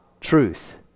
truth